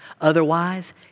Otherwise